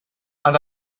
and